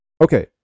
Okay